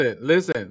listen